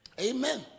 Amen